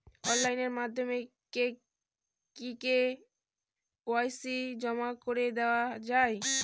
Online মাধ্যমে কি KYC জমা করে দেওয়া য়ায়?